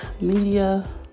media